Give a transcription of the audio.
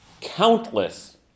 countless